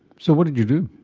so what did you do?